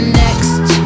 next